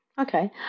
okay